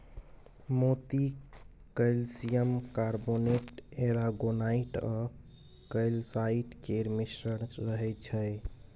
मोती calcium carbonate, aragonite आ calcite केर मिश्रण रहय छै